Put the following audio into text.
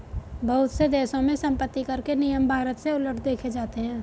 बहुत से देशों में सम्पत्तिकर के नियम भारत से उलट देखे जाते हैं